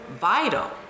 vital